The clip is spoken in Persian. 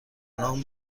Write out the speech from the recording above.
اونام